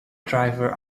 driver